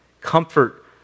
comfort